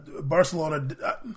Barcelona